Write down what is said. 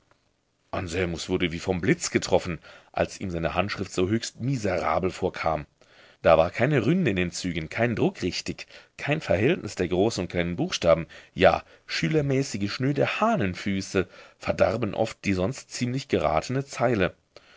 anselmus wurde wie vom blitz getroffen als ihm seine handschrift so höchst miserabel vorkam da war keine ründe in den zügen kein druck richtig kein verhältnis der großen und kleinen buchstaben ja schülermäßige schnöde hahnenfüße verdarben oft die sonst ziemlich geratene zeile